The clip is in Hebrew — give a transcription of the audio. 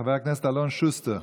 חבר הכנסת אלון שוסטר.